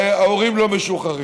ההורים לא משוחררים,